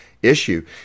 issue